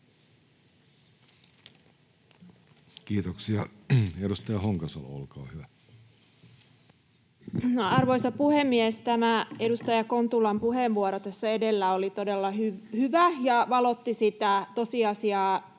muuttamisesta Time: 18:10 Content: Arvoisa puhemies! Tämä edustaja Kontulan puheenvuoro tässä edellä oli todella hyvä ja valotti hyvin sitä tosiasiaa,